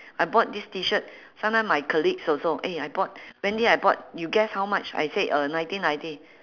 I bought this T-shirt sometime my colleagues also eh I bought wendy I bought you guess how much I say uh nineteen ninety